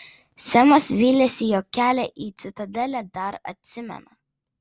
semas vylėsi jog kelią į citadelę dar atsimena